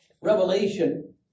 revelation